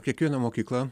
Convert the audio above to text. kiekviena mokykla